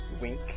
wink